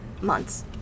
months